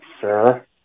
sir